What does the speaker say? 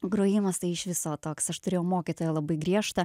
grojimas tai iš viso toks aš turėjau mokytoją labai griežtą